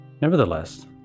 Nevertheless